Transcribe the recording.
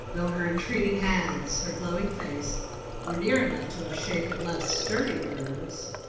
though her entreating hands, her glowing face were near enough to have shaken less sturdy nerves.